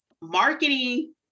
marketing